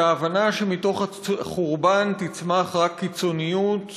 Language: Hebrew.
וההבנה שמתוך החורבן יצמחו רק קיצוניות